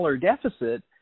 deficit